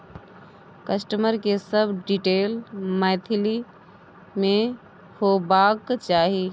customer के सब detail Maithili में होबाक चाही